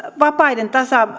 vapaiden